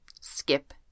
Skip